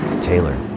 Taylor